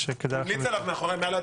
אני מודה לכם, ישיבה זו נעולה.